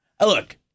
Look